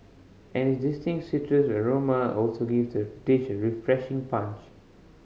and its distinct citrus aroma also gives the dish a refreshing punch